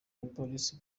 abapolisi